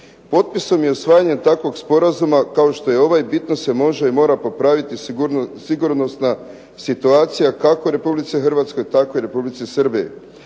Potpisom i usvajanjem takvog sporazuma kao što je ovaj bitno se može i mora popraviti sigurnosna situacija kako u Republici Hrvatskoj tako i u Republici Srbiji.